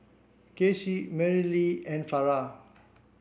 Kacy Merrilee and Farrah